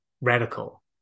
radical